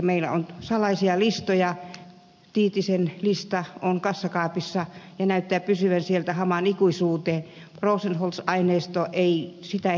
meillä on salaisia listoja tiitisen lista on kassakaapissa ja näyttää pysyvän siellä hamaan ikuisuuteen rosenholz aineistoa ei julkaista